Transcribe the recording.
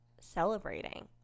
celebrating